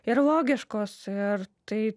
ir logiškos ir tai